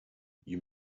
you